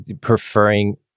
preferring